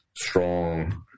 strong